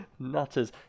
Nutters